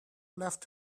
left